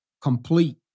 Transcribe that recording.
complete